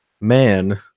man